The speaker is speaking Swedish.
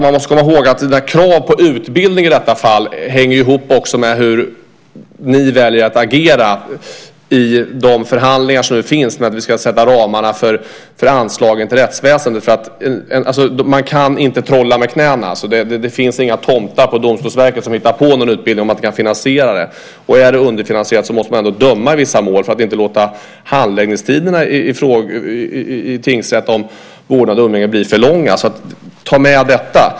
Man måste komma ihåg att kravet på utbildning hänger ihop med hur ni väljer att agera i de förhandlingar där man sätter ramarna för anslagen till rättsväsendet. Man kan inte trolla med knäna. Det finns inga tomtar på Domstolsverket som hittar på någon utbildning om man inte kan finansiera den. Om det är underfinansierat måste man döma i vissa mål för att inte låta handläggningstiderna om vårdnad och umgänge bli för långa i tingsrätterna.